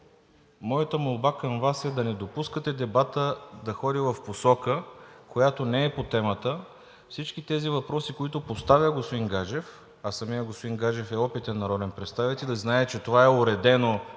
Моята молба към Вас е да не допускате дебатът да ходи в посока, която не е по темата. Всички тези въпроси, които поставя господин Гаджев, а самият господин Гаджев е опитен народен представител и знае, че това е уредено